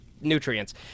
nutrients